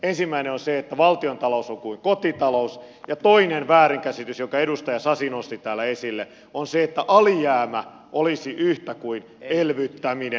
ensimmäinen on se että valtiontalous on kuin kotitalous ja toinen väärinkäsitys jonka edustaja sasi nosti täällä esille on se että alijäämä olisi yhtä kuin elvyttäminen